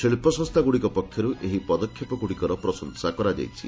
ଶିଳ୍ପସଂସ୍ଥାଗୁଡ଼ିକ ପକ୍ଷରୁ ଏହି ପଦକ୍ଷେପଗୁଡ଼ିକର ପ୍ରଶଂସା କରାଯାଇଛି